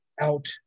out